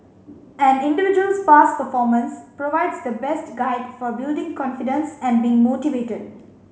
an individual's past performance provides the best guide for building confidence and being motivated